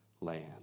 land